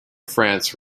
france